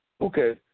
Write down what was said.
Okay